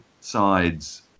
sides